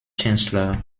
chancellor